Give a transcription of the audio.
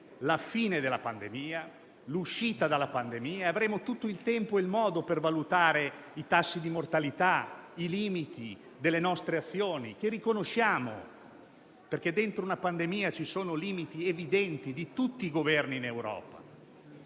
la cautela di attendere l'uscita dalla pandemia. Avremo tutto il tempo e il modo per valutare i tassi di mortalità e i limiti delle nostre azioni che riconosciamo, perché dentro una pandemia ci sono limiti evidenti di tutti i governi in Europa.